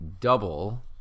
double